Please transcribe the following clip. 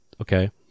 okay